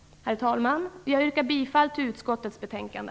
Herr talman! Jag yrkar bifall till hemställan i utskottets betänkande.